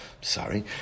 sorry